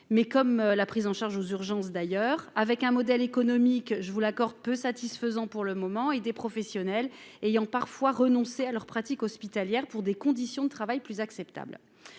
mais comme la prise en charge aux urgences d'ailleurs avec un modèle économique, je vous l'accord peu satisfaisant pour le moment et des professionnels ayant parfois renoncer à leurs pratiques hospitalières pour des conditions de travail plus acceptable,